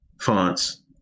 fonts